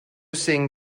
think